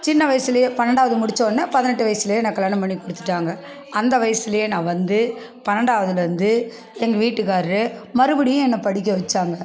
சின்ன வயதில் பன்னெண்டாவது முடிச்சவொடனே பதினெட்டு வயதில் என்ன கல்யாணம் பண்ணி கொடுத்துட்டாங்க அந்த வயதில் நான் வந்து பன்னெண்டாவதுலேருந்து எங்க வீட்டுக்கார்ரு மறுபடியும் என்னை படிக்க வச்சாங்க